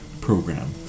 program